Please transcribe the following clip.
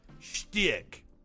shtick